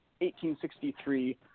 1863